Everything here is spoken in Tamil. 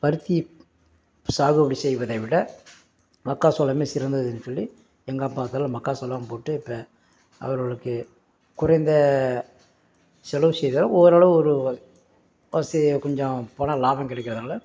பருத்தி சாகுபடி செய்வதை விட மக்காசோளமே சிறந்ததுன்னு சொல்லி எங்கள் அப்பாக்கள் மக்காசோளம் போட்டு இப்போ அவர்களுக்கு குறைந்த செலவு செய்தால் ஓரளவு ஒரு வ சி கொஞ்சம் பணம் லாபம் கிடைக்கிறனால